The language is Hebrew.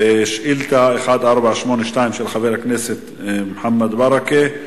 שאילתא 1482, של חבר הכנסת מוחמד ברכה.